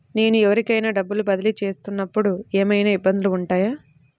నేను ఎవరికైనా డబ్బులు బదిలీ చేస్తునపుడు ఏమయినా ఇబ్బందులు వుంటాయా?